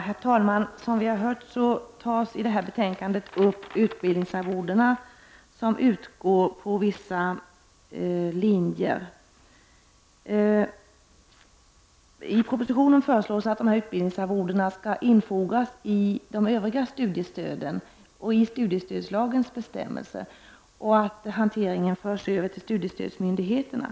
Herr talman! Som vi har hört behandlas i det här betänkandet de utbildningsarvoden som utgår på vissa linjer. I propositionen föreslås att utbildningsarvodena skall infogas bland de övriga studiestöden, att studiestödslagens bestämmelser skall gälla för dem och att hanteringen skall föras över till studiestödsmyndigheterna.